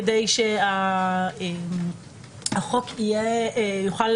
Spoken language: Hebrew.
כדי שהחוק יוכל